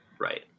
right